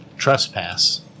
trespass